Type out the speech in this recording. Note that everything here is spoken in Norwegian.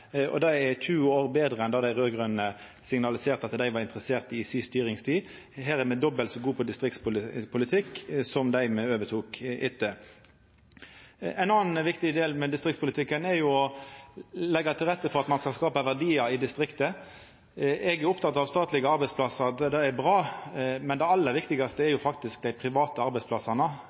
og det er 20 år betre enn det dei raud-grøne signaliserte at dei var interesserte i i si styringstid. Her er me dobbelt så gode på distriktspolitikk som dei me overtok etter. Ein annan viktig del av distriktspolitikken er å leggja til rette for at ein skal skapa verdiar i distrikta. Eg er oppteken av statlege arbeidsplassar, det er bra. Men det aller viktigaste er faktisk dei private arbeidsplassane.